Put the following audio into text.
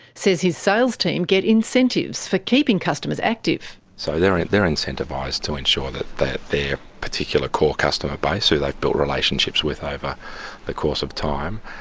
says his sales team get incentives for keeping customers active. so they're they're incentivised to ensure that that their particular core customer base who they've like built relationships with over the course of time,